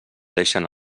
deixen